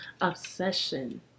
Obsession